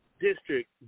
district